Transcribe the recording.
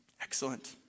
Excellent